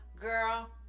Girl